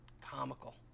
comical